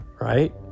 right